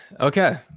okay